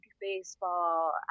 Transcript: baseball